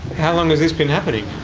how long has this been happening?